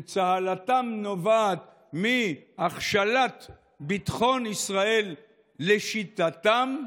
שצהלתם נובעת מהכשלת ביטחון ישראל לשיטתם,